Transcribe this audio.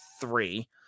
three